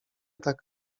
tak